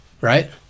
Right